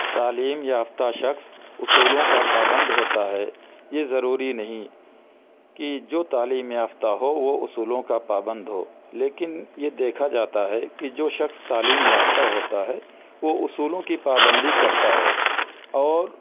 تعلیم یافتہ شخص اصولوں کا پابند ہوتا ہے یہ ضروری نہیں کہ جو تعلیم یافتہ ہو وہ اصولوں کا پابند ہو لیکن یہ دیکھا جاتا ہے کہ جو شخص تعلیم یافتہ ہوتا ہے وہ اصولوں کی پابندی کرتا ہے اور